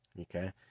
Okay